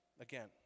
again